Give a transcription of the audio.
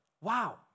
Wow